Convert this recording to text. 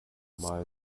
mal